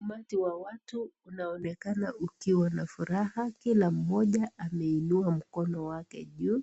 Umati wa watu unaonekana ukiwa na furaha, kila mmoja ameinua mkono wake juu